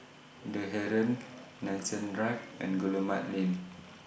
The Heeren Nanson Drive and Guillemard Lane